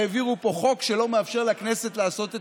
העבירו פה חוק שלא מאפשר לכנסת לעשות את